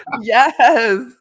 Yes